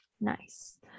Nice